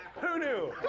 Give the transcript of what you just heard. who knew?